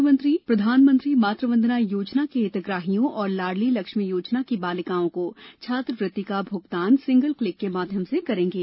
मुख्यमंत्री प्रधानमंत्री मातृ वंदना योजना के हितग्राहियों और लाड़ली लक्ष्मी योजना की बालिकाओं को छात्रवृत्ति का भुगतान सिंगल क्लिक के माध्यम से करेंगे